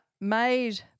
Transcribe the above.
made